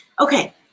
Okay